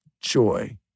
joy